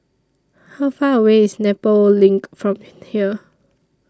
How Far away IS Nepal LINK from here